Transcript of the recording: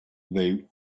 they